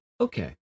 Okay